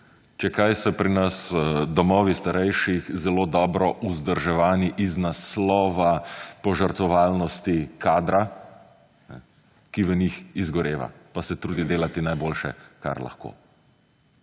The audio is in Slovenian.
Če kaj so pri nas domovi starejših zelo dobro vzdrževani iz naslova požrtvovalnosti kadra, ki v njih izgoreva, pa se trudi delati najboljše kar lahko.